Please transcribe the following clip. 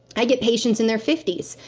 i get patients in their fifty s.